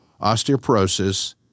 osteoporosis